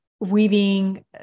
weaving